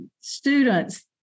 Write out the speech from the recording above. students